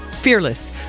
fearless